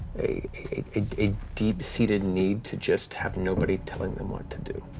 a deep-seated need to just have nobody telling them what to do,